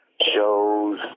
shows